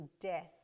death